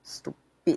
stupid